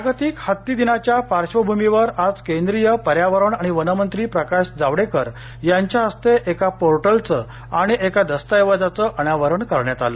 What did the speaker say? जागतिक हत्ती दिनाच्या पार्श्वभूमीवर आज केंद्रीय पर्यावरण आणि वन मंत्री प्रकाश जावडेकर यांच्या हस्ते एका पोर्टलचं आणि एका दस्ताऐवजाचं अनावरण करण्यात आलं